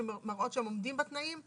שמראות שהם עומדים בתנאים,